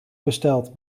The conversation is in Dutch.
besteld